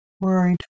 worried